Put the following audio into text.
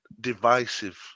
divisive